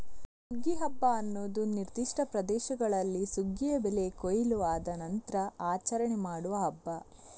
ಸುಗ್ಗಿ ಹಬ್ಬ ಅನ್ನುದು ನಿರ್ದಿಷ್ಟ ಪ್ರದೇಶಗಳಲ್ಲಿ ಸುಗ್ಗಿಯ ಬೆಳೆ ಕೊಯ್ಲು ಆದ ನಂತ್ರ ಆಚರಣೆ ಮಾಡುವ ಹಬ್ಬ